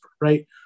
right